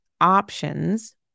options